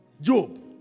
Job